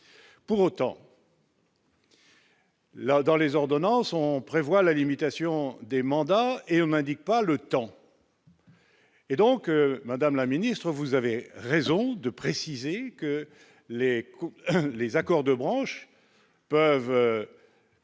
pour autant. La dans les ordonnances, on prévoit la limitation des mandats, et on n'indique pas le temps. Et donc, madame la ministre, vous avez raison de préciser que les les accords de branche peuvent